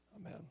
Amen